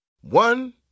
One